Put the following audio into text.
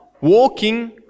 Walking